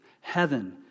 Heaven